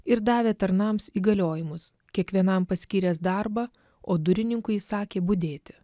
ir davė tarnams įgaliojimus kiekvienam paskyręs darbą o durininkui įsakė budėti